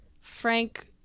Frank